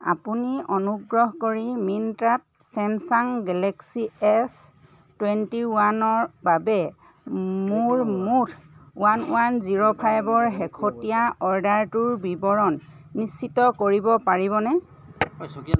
আপুনি অনুগ্ৰহ কৰি মিন্ত্ৰাত ছেমছাং গেলেক্সী এছ টুৱেণ্টি ওৱানৰ বাবে মোৰ মুঠ ওৱান ওৱান জিৰ' ফাইভৰ শেহতীয়া অৰ্ডাৰটোৰ বিৱৰণ নিশ্চিত কৰিব পাৰিবনে